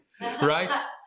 right